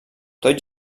tot